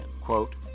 quote